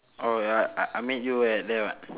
orh ya I I meet you at there [what]